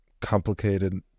complicated